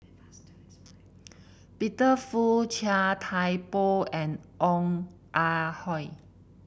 Peter Fu Chia Thye Poh and Ong Ah Hoi